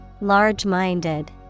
Large-minded